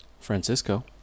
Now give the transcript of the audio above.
Francisco